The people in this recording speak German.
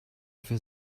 für